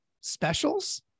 specials